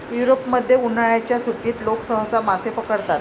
युरोपमध्ये, उन्हाळ्याच्या सुट्टीत लोक सहसा मासे पकडतात